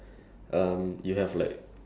I'll ask when I die